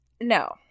No